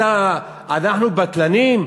אנחנו בטלנים?